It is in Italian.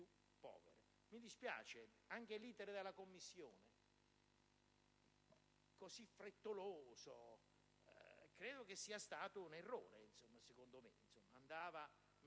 Mi dispiace. Anche l'*iter* in Commissione, così frettoloso, credo che sia stato un errore. Andava